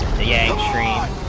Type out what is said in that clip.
the ads trained,